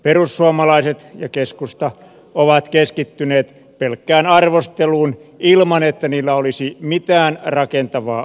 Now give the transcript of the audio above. perussuomalaiset ja keskusta ovat keskittyneet pelkkään arvosteluun ilman että niillä olisi mitään rakentavaa vaihtoehtoa